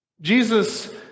Jesus